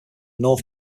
north